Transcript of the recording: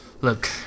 Look